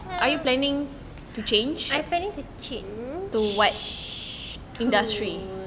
I planning to change to